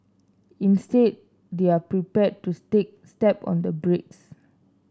instead they're prepared to step on the brakes